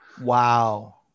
Wow